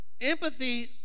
Empathy